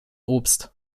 obst